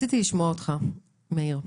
מאיר,